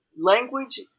language